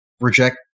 reject